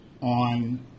on